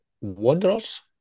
Wanderers